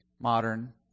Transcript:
modern